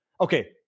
Okay